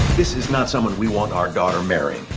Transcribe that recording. this is not someone we want our daughter marrying.